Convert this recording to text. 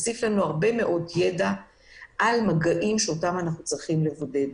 זה הוסיף הרבה ידע על מגעים שאותם אנחנו צריכים לבודד.